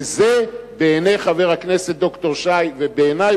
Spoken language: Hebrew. וזה בעיני חבר הכנסת ד"ר שי ובעיני,